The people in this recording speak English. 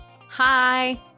Hi